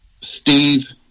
Steve